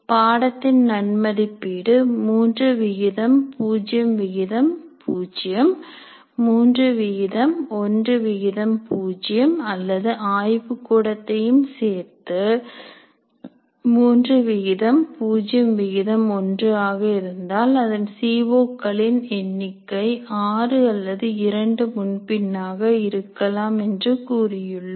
பாடத்தில் நன் மதிப்பீடு 300 310 அல்லது ஆய்வுக் கூடத்தையும் சேர்த்து 301 ஆக இருந்தால் அதன் சி ஓ கலின் எண்ணிக்கை ஆறு அல்லது 2 முன்பின்னாக இருக்கலாம் என்று கூறியுள்ளோம்